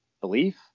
belief